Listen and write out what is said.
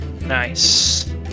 Nice